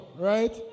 right